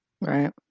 Right